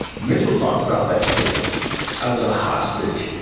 mitchell talked about that, too i was a hostage.